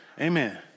Amen